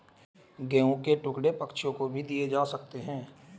गेहूं के टुकड़े पक्षियों को भी दिए जा सकते हैं